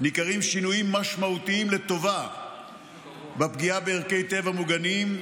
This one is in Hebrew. ניכרים שינויים משמעותיים לטובה בפגיעה בערכי טבע מוגנים,